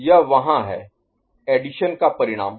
यह वहाँ है एडिशन का परिणाम